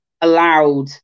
allowed